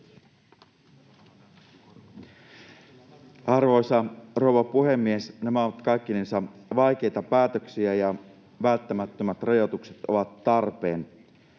Arvoisa rouva puhemies! Nämä ovat kaikkinensa vaikeita päätöksiä, ja välttämättömät rajoitukset ovat tarpeen.